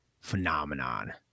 phenomenon